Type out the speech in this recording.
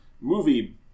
movie